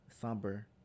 somber